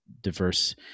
diverse